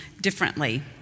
differently